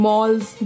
Malls